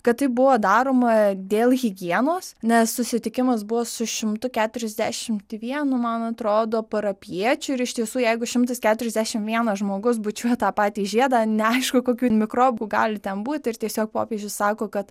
kad tai buvo daroma dėl higienos nes susitikimas buvo su šimtu keturiasdešimt vienu man atrodo parapijiečiu ir iš tiesų jeigu šimtas keturiasdešim vienas žmogus bučiuoja tą patį žiedą neaišku kokių mikrobų gali ten būt ir tiesiog popiežius sako kad